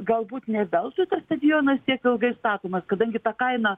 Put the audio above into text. galbūt ne veltui tas stadionas tiek ilgai statomas kadangi ta kaina